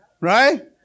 Right